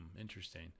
Interesting